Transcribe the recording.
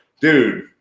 dude